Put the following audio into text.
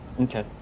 Okay